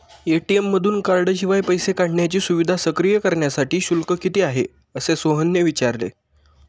ATM मधून कार्डशिवाय पैसे काढण्याची सुविधा सक्रिय करण्यासाठी शुल्क किती आहे, असे सोहनने विचारले